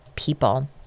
people